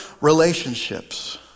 relationships